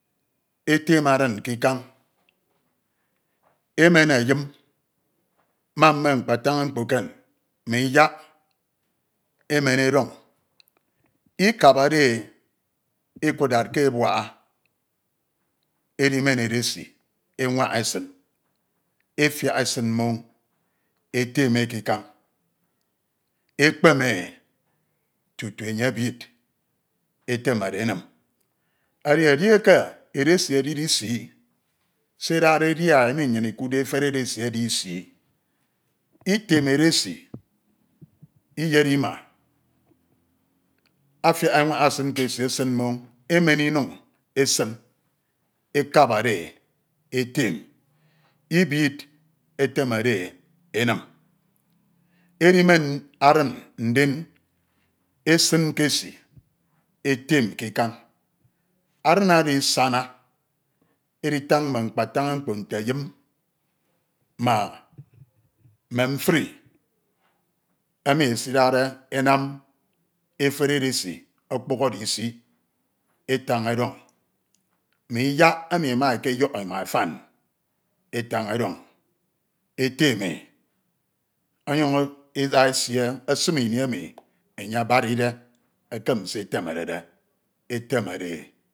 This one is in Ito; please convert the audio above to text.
. Etem anem ke ikan, eman eyim ma mme mkpatan̄s mkpo eken ma iyak emin eciọn̄, kabade e ekud dad ke ebusha edimen edesi enwa iba esim efiak esin mmọn̄ etem e ke ikan, ekpeme tutu enye ebid etemede enim. Edi edieke edesi edide isii, se edade emi nnyin ikuudde ofere edesi edi isii. ntra edasi yedmma atiak anwanhs ke esi ebim mmọn̄ emen ibid ekemede erim ke esi. Etem ke item oro isọna editan nune mkpatan̄ade mkpo nte eynin na nime mfri emi esidade enam eferi edesi ọkpọhọde ini etan edọn̄ ma iyak emi ema ekeyọk ema afan etan edọn̄ eteme, ọnyun̄ eda erie esim ini emi abadide ekem se etemered etemede e. Ede erie